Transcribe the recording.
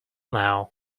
now